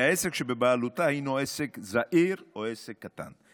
העסק שבבעלותה הוא עסק זעיר או עסק קטן.